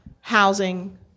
housing